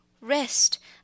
rest